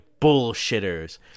bullshitters